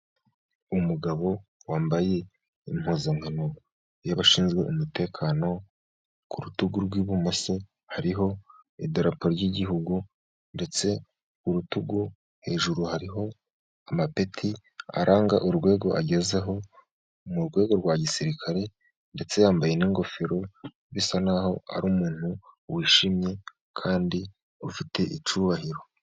Umugabo wambaye impuzankano y'abashinzwe umutekano, ku rutugu rw'ibumoso hariho idarapo ry'igihugu, ndetse urutugu hejuru hariho amapeti aranga urwego agezeho mu rwego rwa gisirikare, ndetse yambaye n'ingofero bisa n'aho ari umuntu wishimye kandi ufite icyubahiro.